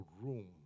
room